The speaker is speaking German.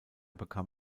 bekam